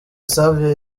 savio